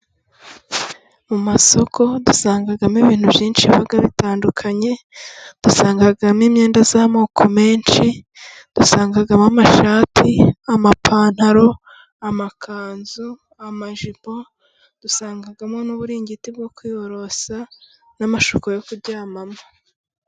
Mu masoko dusangamo ibintu byinshi biba bitandukanye, dusangamo imyenda y'amoko menshi, dusangamo amashati, amapantaro, amakanzu, amajipo, dusangamo n'uburingiti bwo kwiyorosa, n'amashuka yo kuryamamo.